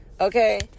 Okay